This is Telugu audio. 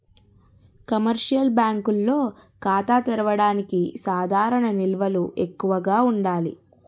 కమర్షియల్ బ్యాంకుల్లో ఖాతా తెరవడానికి సాధారణ నిల్వలు ఎక్కువగా ఉండాలి